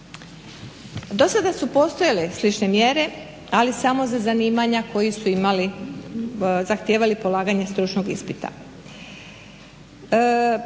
Do sada su postojale slične mjere, ali samo za zanimanja koji su imali, zahtijevali polaganje stručnog ispita.